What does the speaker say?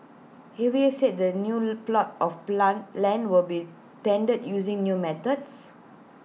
A V A said the new plots of plan land will be tendered using new methods